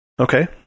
okay